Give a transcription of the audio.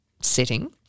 setting